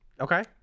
Okay